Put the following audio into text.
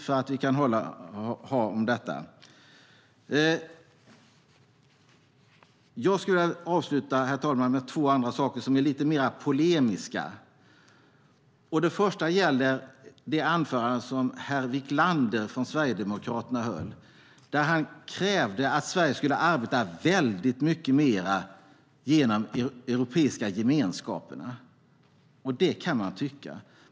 Herr talman! Jag skulle vilja avsluta med två andra saker, som är lite mer polemiska. Det första gäller det anförande som herr Wiklander från Sverigedemokraterna höll. Han krävde att Sverige skulle arbeta väldigt mycket mer genom Europeiska gemenskaperna. Det kan man tycka.